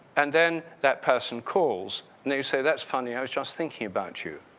and then that person calls and you say, that's funny, i was just thinking about you.